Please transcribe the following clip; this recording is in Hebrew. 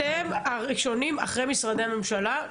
אתם הראשונים באירוע הזה אחרי משרדי הממשלה,